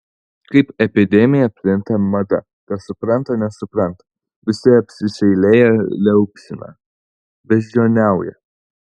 kaip epidemija plinta mada kas supranta nesupranta visi apsiseilėję liaupsina beždžioniauja